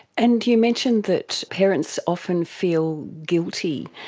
and you mentioned that parents often feel guilty,